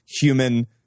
human